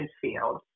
field